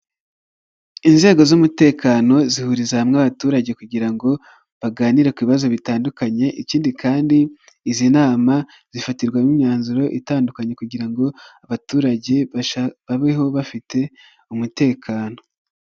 Inzego z'umutekano zihuriza hamwe abaturage kugira ngo baganire ku bibazo bitandukanye ikindi kandi izi nama zifatirwamo imyanzuro itandukanye kugira ngo abaturage babeho bafite umutekano.